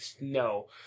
no